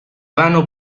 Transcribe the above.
vano